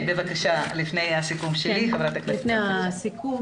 לפני הסיכום.